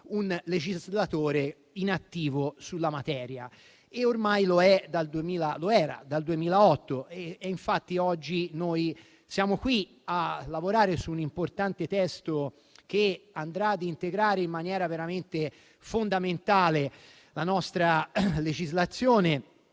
un legislatore inattivo sulla materia. Ormai, però, lo era dal 2008 e infatti oggi noi siamo qui a lavorare su un importante testo che andrà ad integrare in maniera fondamentale la nostra legislazione